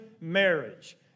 marriage